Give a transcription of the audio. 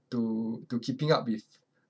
to to keeping up with